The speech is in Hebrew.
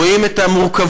רואים את המורכבות,